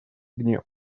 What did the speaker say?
гнев